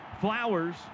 Flowers